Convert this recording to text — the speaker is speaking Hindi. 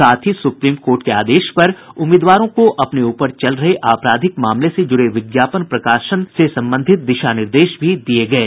साथ ही सुप्रीम कोर्ट के आदेश पर उम्मीदवारों को अपने ऊपर चल रहे आपराधिक मामले से जूड़े विज्ञापन के प्रकाशन से संबंधित दिशा निर्देश भी दिये गये